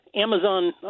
Amazon